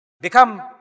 Become